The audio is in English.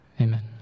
Amen